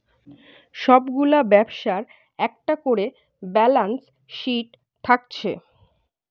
সব গুলা ব্যবসার একটা কোরে ব্যালান্স শিট থাকছে